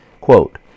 quote